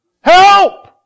help